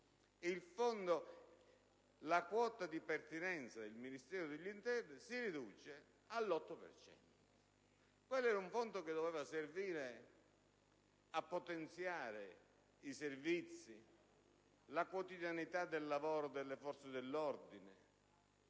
ossia, la quota di pertinenza del Ministero dell'interno si riduce all'8 per cento. Quel fondo doveva servire a potenziare i servizi, la quotidianità del lavoro delle forze dell'ordine: